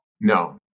No